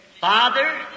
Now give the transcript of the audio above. father